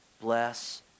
bless